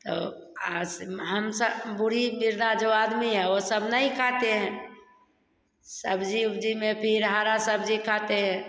वह हम सब बूढ़ी वृद्धा जो आदमी है वह सब नहीं खाते हैं सब्ज़ी उब्जी मे भी हरा सब्ज़ी खाते हैं